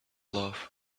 love